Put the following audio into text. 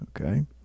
okay